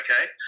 okay